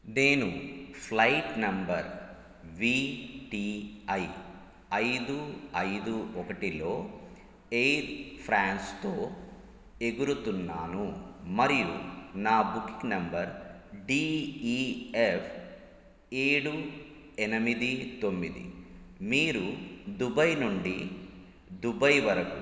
నేను flight number V T I ఐదు ఐదు ఒకటిలో ఎయిర్ ఫ్రాన్స్తో ఎగురుతున్నాను మరియు నా booking number D E F ఏడు ఎనిమిది తొమ్మిది మీరు దుబాయ్ నుండి దుబాయ్ వరకు